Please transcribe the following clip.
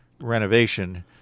renovation